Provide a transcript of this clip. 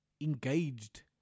engaged